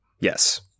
yes